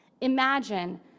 imagine